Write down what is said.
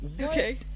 Okay